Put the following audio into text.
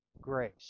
grace